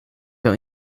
your